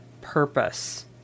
purpose